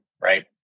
right